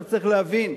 צריך להבין,